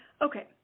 okay